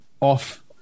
off